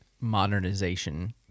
modernization